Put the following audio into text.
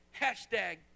hashtag